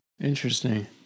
Interesting